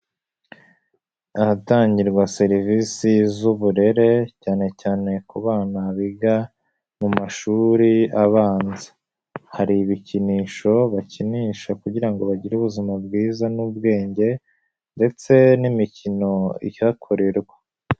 Ahatangirwa serivisi z'uburere cyane cyane ku bana biga mu mashuri abanza, hari ibikinisho bakinisha kugira ngo bagire ubuzima bwiza n'ubwenge ndetse n'imikino ihakorerwa.